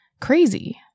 crazy